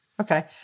Okay